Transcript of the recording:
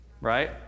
Right